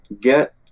get